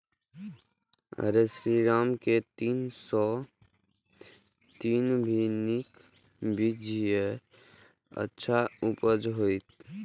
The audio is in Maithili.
आरो श्रीराम के तीन सौ तीन भी नीक बीज ये अच्छा उपज होय इय?